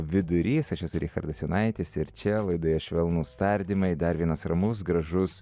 vidurys aš esu richardas jonaitis ir čia laidoje švelnūs tardymai dar vienas ramus gražus